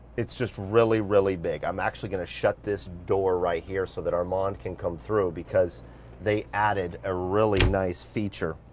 it's just really, really big. i'm actually gonna shut this door right here so that our mind can come through because they added a really nice feature